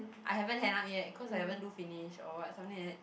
I haven't handed up yet cause I haven't do finish or what something like that